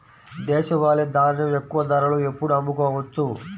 దేశవాలి ధాన్యం ఎక్కువ ధరలో ఎప్పుడు అమ్ముకోవచ్చు?